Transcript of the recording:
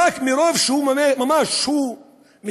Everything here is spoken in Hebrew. רק מרוב שהוא ממש מתכוון